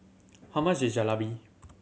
how much is Jalebi